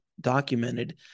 documented